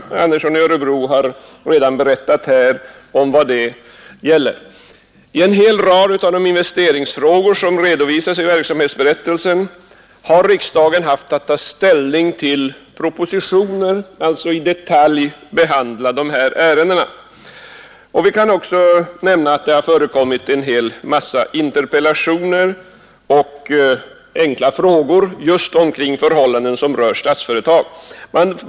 Herr Andersson i Örebro har redan berättat om detta. I en hel rad av de investeringsfrågor som redovisas i verksamhetsberättelsen har riksdagen haft att ta ställning till propositioner och att alltså i detalj pröva dessa ärenden. Det har också förekommit en hel mängd interpellationer och enkla frågor om förhållanden som rör Statsföretag AB.